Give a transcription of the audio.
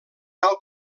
tal